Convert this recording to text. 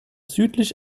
südlich